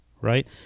right